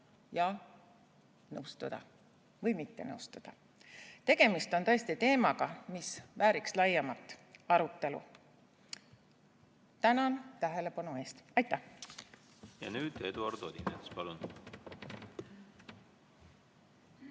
ja nõustuda või mitte nõustuda. Tegemist on tõesti teemaga, mis vääriks laiemat arutelu. Tänan tähelepanu eest! Ja nüüd Eduard Odinets. Palun!